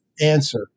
answer